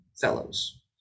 fellows